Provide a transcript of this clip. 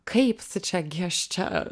kaip čia gi aš čia